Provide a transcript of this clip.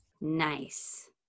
Nice